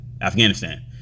Afghanistan